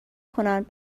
کنند